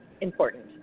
important